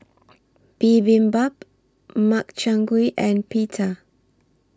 Bibimbap Makchang Gui and Pita